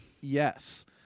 Yes